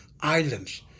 islands